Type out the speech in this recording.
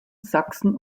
sachsen